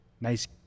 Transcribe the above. nice